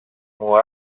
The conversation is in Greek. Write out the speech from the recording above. μου